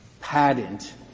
patent